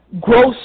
gross